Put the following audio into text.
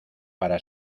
para